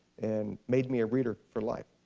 and made me a reader for life.